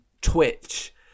Twitch